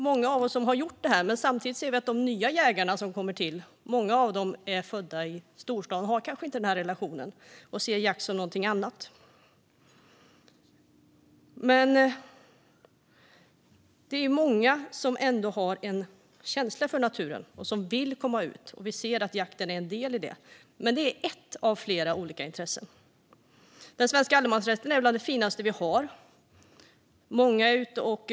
Många av oss har jagat, men samtidigt kan vi se att många av de nya jägarna är födda i storstaden och kanske inte har relationen till naturen, det vill säga de ser jakt som något annat. Många har ändå en känsla för naturen och vill komma ut, och jakten är en del i detta. Men det är ett av flera olika intressen. Den svenska allemansrätten är bland det finaste vi har. Många ska samsas.